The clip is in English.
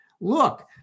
look